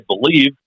believe